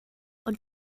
und